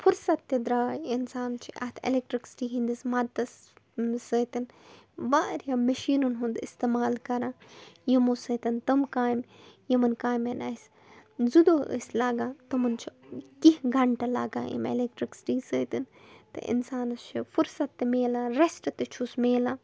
پھُرست تہِ درٛاے اِنسان چھِ اَتھ اٮ۪لیکٹٕرٛکسِٹی ہِنٛدِس مدتَس سۭتۍ واریاہ مِشیٖنَن ہُنٛد اِستعمال کَران یِمو سۭتۍ تِم کامہِ یِمَن کامٮ۪ن اَسہِ زٕ دۄہ ٲسۍ لَگان تِمن چھُ کیٚنٛہہ گنٹہٕ لَگان اَمہِ اٮ۪لیکٹٕرٛکسِٹی سۭتۍ تہٕ اِنسانَس چھُ فرست تہٕ میلان رٮ۪سٹ تہِ چھُس میلان